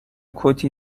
کتی